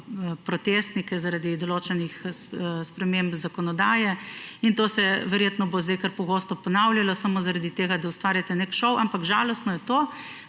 protestnike zaradi določenih sprememb zakonodaje. In to se bo verjetno sedaj kar pogosto ponavljalo samo zaradi tega, da ustvarjate nek šov. Ampak žalostno je to,